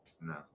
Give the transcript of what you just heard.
No